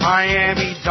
Miami